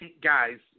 guys